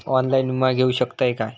Online विमा घेऊ शकतय का?